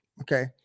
okay